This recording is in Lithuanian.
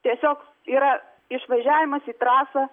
tiesiog yra išvažiavimas į trasą